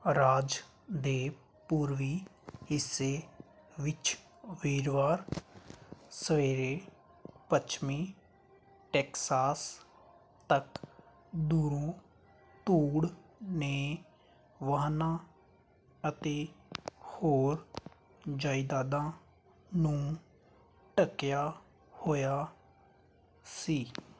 ਰਾਜ ਦੇ ਪੂਰਬੀ ਹਿੱਸੇ ਵਿੱਚ ਵੀਰਵਾਰ ਸਵੇਰੇ ਪੱਛਮੀ ਟੈਕਸਾਸ ਤੱਕ ਦੂਰੋਂ ਧੂੜ ਨੇ ਵਾਹਨਾਂ ਅਤੇ ਹੋਰ ਜਾਇਦਾਦਾਂ ਨੂੰ ਢੱਕਿਆ ਹੋਇਆ ਸੀ